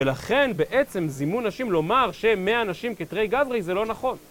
ולכן בעצם זימון נשים לומר, שמאה נשים כטרי גברי זה לא נכון.